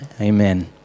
Amen